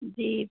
जी